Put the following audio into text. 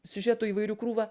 siužetų įvairių krūvą